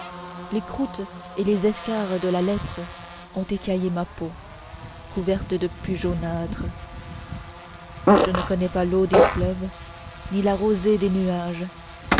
les croûtes et les escarres de la lèpre ont écaillé ma peau couverte de pus jaunâtre je ne connais pas l'eau des fleuves ni la rosée des nuages